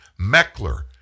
Meckler